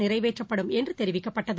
நிறைவேற்றப்படும் என்றதெரிவிக்கப்பட்டது